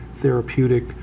therapeutic